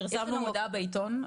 קודם כל פרסמנו מודעה בעיתון,